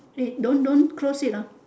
eh don't don't close it ah